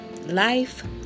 life